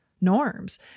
norms